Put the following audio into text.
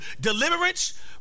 deliverance